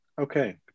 Okay